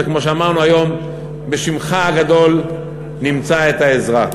וכמו שאמרנו היום, בשמך הגדול נמצא את העזרה.